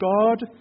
God